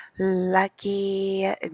Lucky